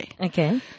Okay